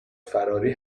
فراری